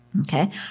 Okay